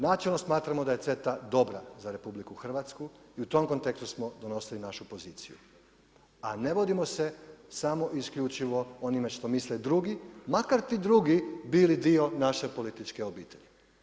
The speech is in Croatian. Načelno smatramo da je CETA dobra za RH i u tom kontekstu smo donosili našu poziciju, a ne vodimo se samo i isključivo onime što misle drugi, makar ti drugi bili dio naše političke obitelji.